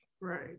Right